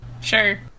Sure